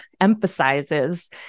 emphasizes